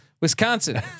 Wisconsin